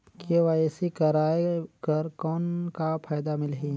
KYC कराय कर कौन का फायदा मिलही?